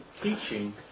teaching